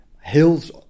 hills